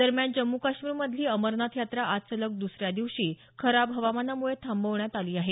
दरम्यान जम्मू काश्मीर मधली अमरनाथ यात्रा आज सलग द्सऱ्या दिवशी खराब हवामानामुळे थांबवण्यात आली आहे